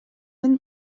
мен